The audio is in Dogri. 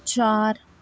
चार